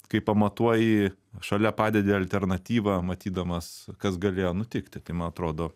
kai pamatuoji šalia padedi alternatyvą matydamas kas galėjo nutikti tai man atrodo